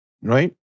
right